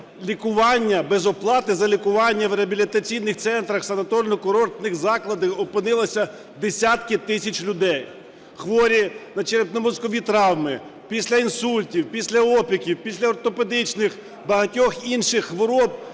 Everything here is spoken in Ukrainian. лікування, без оплати за лікування в реабілітаційних центрах, в санаторно-курортних закладах опинилися десятки тисяч людей. Хворі на черепно-мозкові травми, після інсультів, після опіків, після ортопедичних, багатьох інших хвороб